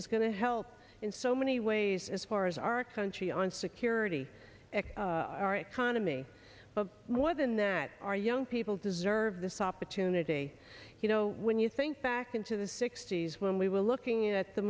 to help in so many ways as far as our country on security our economy of more than that our young people deserve this opportunity you know when you think back into the sixty's when we were looking at the